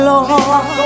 Lord